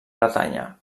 bretanya